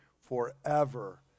forever